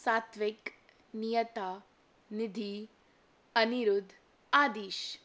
Satwik Niyata Nidhi Anirudh Aadish